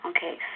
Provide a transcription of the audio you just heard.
Okay